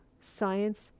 science